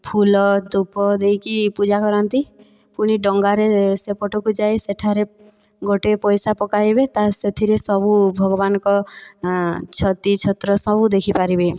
ଫୁଲ ଧୂପ ଦେଇକି ପୂଜା କରନ୍ତି ପୁଣି ଡଙ୍ଗାରେ ସେପଟକୁ ଯାଇ ସେଠାରେ ଗୋଟିଏ ପଇସା ପକାଇବେ ତା' ସେଥିରେ ସବୁ ଭଗବାନଙ୍କ ଛତି ଛତ୍ର ସବୁ ଦେଖିପାରିବେ